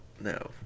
no